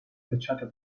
facciata